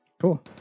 Cool